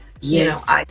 yes